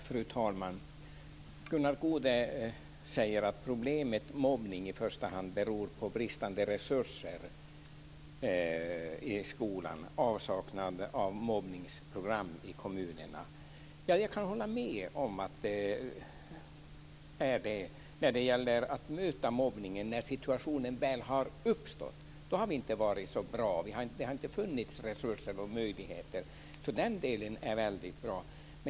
Fru talman! Gunnar Goude säger att problemet med mobbning i första hand beror på brist på resurser i skolan och avsaknad av mobbningsprogram i kommunerna. Jag kan hålla med om att det är viktigt för att möta mobbningen när situationen väl har uppstått. Där har vi inte varit så bra. Det har inte funnits resurser och möjligheter. Den delen är väldigt bra.